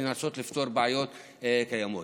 מנסות לפתור בעיות קיימות.